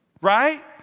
Right